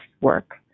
work